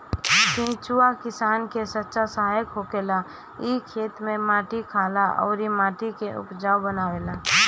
केचुआ किसान के सच्चा सहायक होखेला इ खेत में माटी खाला अउर माटी के उपजाऊ बनावेला